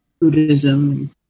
Buddhism